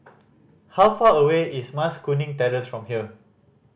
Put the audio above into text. how far away is Mas Kuning Terrace from here